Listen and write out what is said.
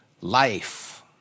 life